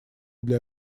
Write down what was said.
для